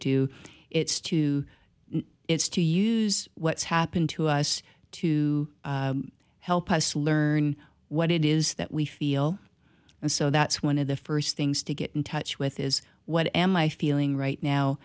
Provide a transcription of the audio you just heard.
do it's to it's to use what's happened to us to help us learn what it is that we feel and so that's one of the first things to get in touch with is what am i feeling right now